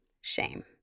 Shame